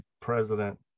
President